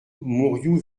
mourioux